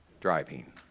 driving